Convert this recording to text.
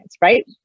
right